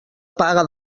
paga